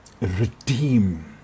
redeem